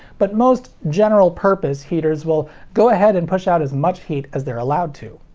but most general purpose heaters will go ahead and push out as much heat as they're allowed to.